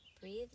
breathe